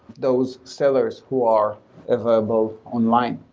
those sellers who are available online.